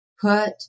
Put